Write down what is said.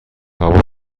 هوا